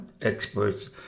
experts